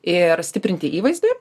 ir stiprinti įvaizdį